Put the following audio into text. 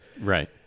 Right